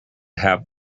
have